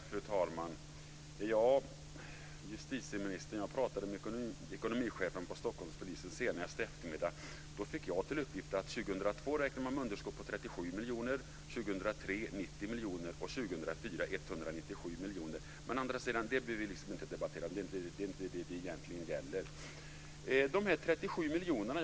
Fru talman! Jag talade med ekonomichefen på Stockholmspolisen senast i eftermiddag. Jag fick till uppgift att man år 2002 räknar med ett underskott på 37 miljoner, år 2003 ett underskott på 90 miljoner och år 2004 ett underskott på 197 miljoner. Det behöver vi inte debattera. Det är egentligen inte vad det gäller. Det sades att det är 37 miljoner plus.